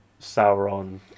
Sauron